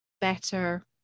better